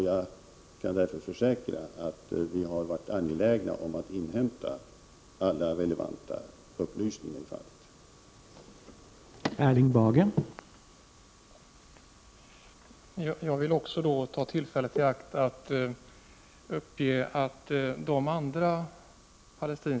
Jag kan därför försäkra att vi varit angelägna om att inhämta alla relevanta upplysningar i fallet.